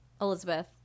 elizabeth